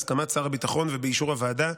בהסכמת שר הביטחון ובאישור הוועדה,